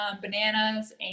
bananas